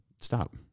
stop